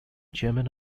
chairman